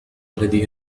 الذي